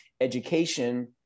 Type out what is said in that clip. education